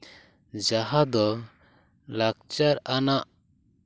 ᱡᱟᱦᱟᱸ ᱫᱚ ᱞᱟᱠᱪᱟᱨ ᱟᱱᱟᱜ